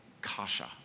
kasha